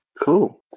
cool